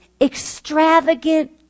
extravagant